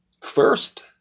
first